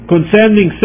Concerning